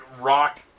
rock